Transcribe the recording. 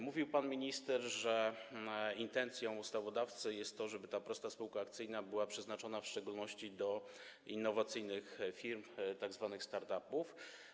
Mówił pan minister, że intencją ustawodawcy jest to, żeby ta prosta spółka akcyjna była przeznaczona w szczególności dla innowacyjnych firm, tzw. start-upów.